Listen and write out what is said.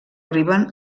arriben